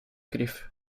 griff